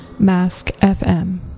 maskfm